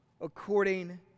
according